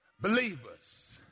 Believers